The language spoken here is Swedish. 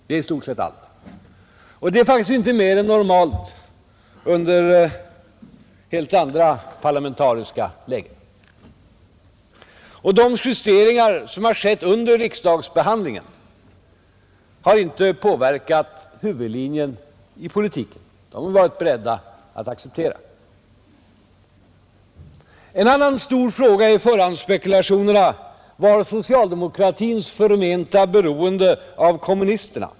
Det är i stort sett allt, och det är faktiskt inte mer än normalt i helt andra parlamentariska lägen. Och de justeringar som skett under riksdagsbehandlingen har inte påverkat huvudlinjen i politiken; den har man varit beredd att acceptera. En annan stor fråga i förhandsspekulationerna var socialdemokratins förmenta beroende av kommunisterna.